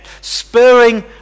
Spurring